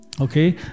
Okay